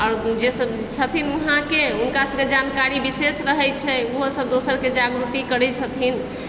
आओर जे सभ छथिन उहाँके हुनका सभके जानकारी विशेष रहै छै ओहो सभ दोसरके जागृति करैत छथिन